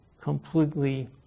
completely